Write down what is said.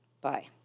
Bye